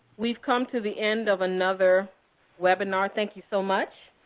we've come to the end of another webinar. thank you so much.